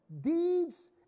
deeds